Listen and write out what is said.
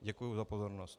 Děkuji za pozornost.